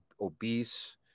obese